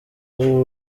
w’u